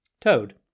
Toad